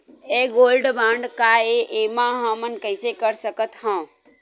ये gold bond काय ए एमा हमन कइसे कर सकत हव?